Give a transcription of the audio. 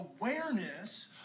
awareness